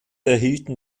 erhielten